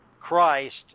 Christ